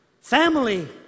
family